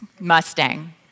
Mustang